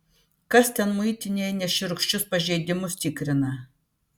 kas ten muitinėje nešiurkščius pažeidimus tikrina